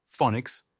phonics